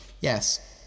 Yes